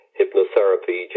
hypnotherapy